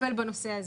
לטפל בנושא הזה.